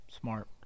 Smart